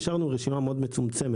נשארנו עם רשימה מאוד מצומצמת.